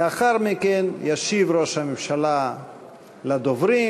לאחר מכן ישיב ראש הממשלה לדוברים.